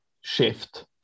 shift